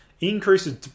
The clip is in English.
increases